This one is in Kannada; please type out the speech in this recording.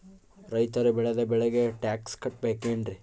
ರೈತರು ಬೆಳೆದ ಬೆಳೆಗೆ ಟ್ಯಾಕ್ಸ್ ಕಟ್ಟಬೇಕೆನ್ರಿ?